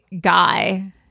guy